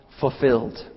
fulfilled